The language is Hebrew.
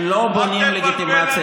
מושחת.